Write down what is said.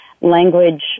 language